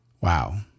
Wow